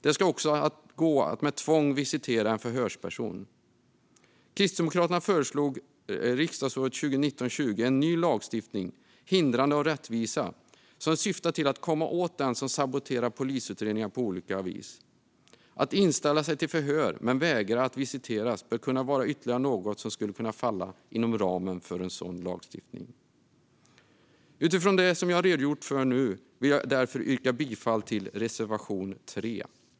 Det ska också gå att med tvång visitera en förhörsperson. Kristdemokraterna föreslog riksdagsåret 2019/20 en ny lagstiftning, hindrande av rättvisa, som syftar till att komma åt den som saboterar polisutredningar på olika vis. Att inställa sig till förhör men vägra att visiteras bör kunna vara ytterligare något som skulle kunna falla inom ramen för en sådan lagstiftning. Utifrån det som jag nu har redogjort för vill jag yrka bifall till reservation 3.